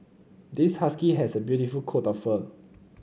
this husky has a beautiful coat of fur